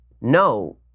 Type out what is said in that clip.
No